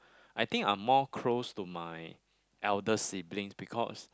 I think I'm more close to my elder siblings because